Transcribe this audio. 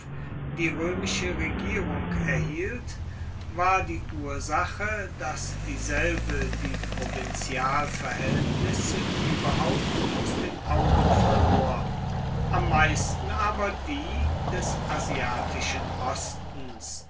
die römische regierung erhielt war die ursache daß dieselbe die provinzialverhältnisse überhaupt aus den augen verlor am meisten aber die des asiatischen ostens